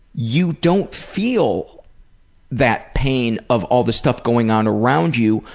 you don't feel that pain of all the stuff going on around you,